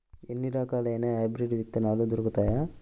ఎన్ని రకాలయిన హైబ్రిడ్ విత్తనాలు దొరుకుతాయి?